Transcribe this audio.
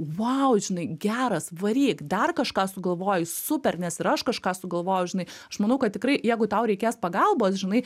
vau žinai geras varyk dar kažką sugalvojai super nes ir aš kažką sugalvojau žinai aš manau kad tikrai jeigu tau reikės pagalbos žinai